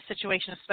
situation